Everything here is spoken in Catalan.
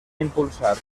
impulsar